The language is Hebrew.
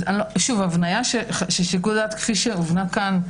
הבניה של שיקול דעת, כפי שהובנה כאן,